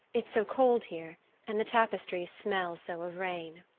it's so cold here and the tapestries smell so of rain.